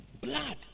Blood